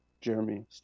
jeremy